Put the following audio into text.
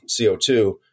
CO2